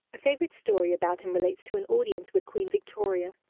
a favorite story about him relates to an audience with queen victoria.